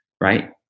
right